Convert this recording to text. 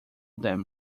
them